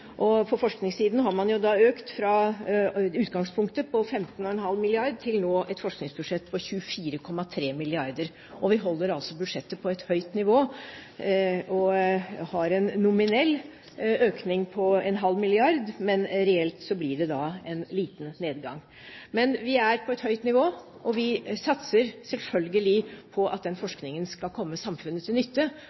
utdanningssiden. På forskningssiden har man økt fra utgangspunktet på 15,5 mrd. kr til nå et forskningsbudsjett på 24,3 mrd. kr. Vi holder altså budsjettet på et høyt nivå og har en nominell økning på en halv milliard. Men reelt blir det en liten nedgang. Men vi er på et høyt nivå, og vi satser selvfølgelig på at den forskningen skal komme samfunnet til nytte.